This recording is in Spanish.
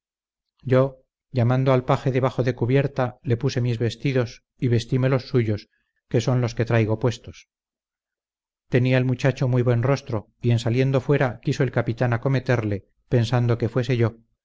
yo llamando al paje debajo de cubierta le puse mis vestidos y vestime los suyos que son los que traigo puestos tenía el muchacho muy buen rostro y en saliendo fuera quiso el capitán acometerle pensando que fuese yo